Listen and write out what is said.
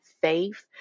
faith